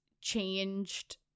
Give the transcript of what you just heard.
changed